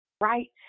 right